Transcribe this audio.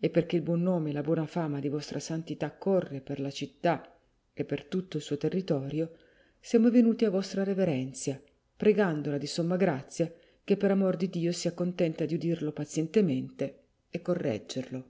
e perchè il buon nome e la buona fama di vostra santità corre per la città e per tutto il suo territorio siamo venuti a vostra reverenzia pregandola di somma grazia che per amor di dio sia contenta di udirlo pazientemente e correggerlo